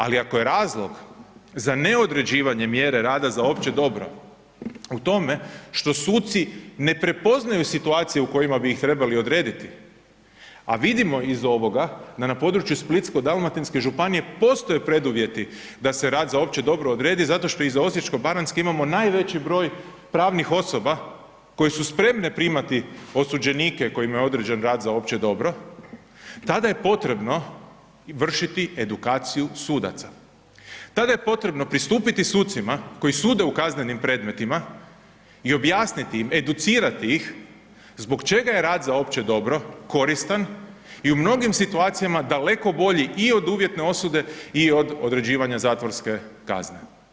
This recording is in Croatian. Ali ako je razlog za neodređivanje mjere rada za opće dobro u tome što suci ne prepoznaju situacije u kojima bi ih trebali odrediti, a vidimo iz ovoga da na području Splitsko-dalmatinske županije postoje preduvjeti da se rad za opće dobro odredi zato što iz Osječko-baranjske imamo najveći broj pravnih osoba koje su spremne primati osuđenike kojima je određen rad za opće dobro, tada je potrebno vršiti edukaciju sudaca, tada je potrebno pristupiti sucima koji sude u kaznenim predmetima i objasniti im, educirati ih zbog čega je rad za opće dobro koristan i u mnogim situacijama daleko bolji i od uvjetne osude i od određivanja zatvorske kazne.